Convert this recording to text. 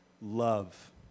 love